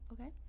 okay